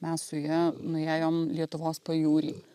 mes su ja nuėjom lietuvos pajūrį